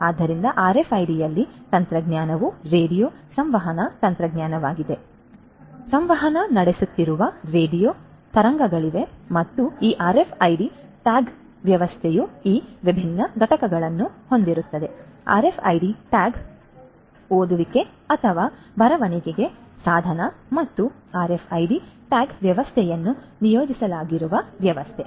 ಆದ್ದರಿಂದ ಆರ್ಎಫ್ಐಡಿಯಲ್ಲಿ ತಂತ್ರಜ್ಞಾನವು ರೇಡಿಯೊ ಸಂವಹನ ತಂತ್ರಜ್ಞಾನವಾಗಿದೆ ಆದ್ದರಿಂದ ಸಂವಹನ ನಡೆಸುತ್ತಿರುವ ರೇಡಿಯೊ ತರಂಗಗಳಿವೆ ಮತ್ತು ಈ ಆರ್ಎಫ್ಐಡಿ ಟ್ಯಾಗಿಂಗ್ ವ್ಯವಸ್ಥೆಯು ಈ ವಿಭಿನ್ನ ಘಟಕಗಳನ್ನು ಹೊಂದಿರುತ್ತದೆ ಆರ್ಎಫ್ಐಡಿ ಟ್ಯಾಗ್ ಓದುವಿಕೆ ಅಥವಾ ಬರವಣಿಗೆ ಸಾಧನ ಮತ್ತು ಆರ್ಎಫ್ಐಡಿ ಟ್ಯಾಗಿಂಗ್ ವ್ಯವಸ್ಥೆಯನ್ನು ನಿಯೋಜಿಸಲಾಗಿರುವ ವ್ಯವಸ್ಥೆ